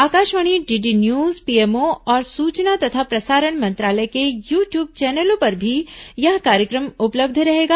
Akashvani DD news PMO और सूचना तथा प्रसारण मंत्रालय के यू ट्यूब चैनलों पर भी यह कार्यक्रम उपलब्ध रहेगा